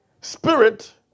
spirit